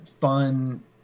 fun